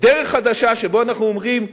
דרך חדשה שבה אנחנו אומרים: